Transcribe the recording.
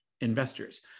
investors